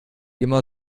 immer